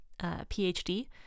PhD